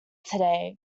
today